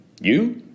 You